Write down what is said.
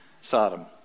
Sodom